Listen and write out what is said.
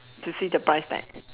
to see the price tag